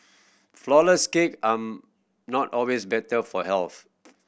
flourless cake are not always better for health